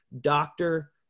doctor